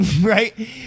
right